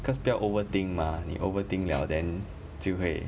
cause 不要 overthink mah 你 overthink liao then 就会